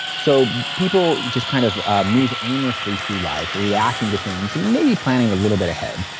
so people just kind of ah move aimlessly through life reacting to things and may be planning a little bit ahead.